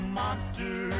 monster